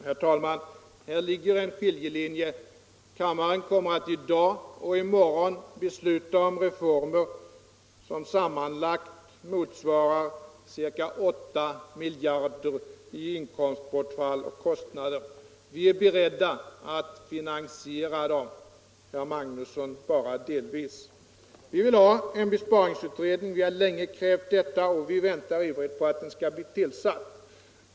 Herr talman! Här finns en skiljelinje. Kammaren kommer att i dag och i morgon besluta om reformer som sammanlagt motsvarar cirka 8 miljarder i inkomstbortfall och kostnader. Vi är beredda att helt finansiera dessa reformer, herr Magnusson i Borås bara delvis. Vi vill ha en besparingsutredning, vi har länge krävt detta, och vi väntar ivrigt på att den skall bli tillsatt.